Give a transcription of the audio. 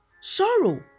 sorrow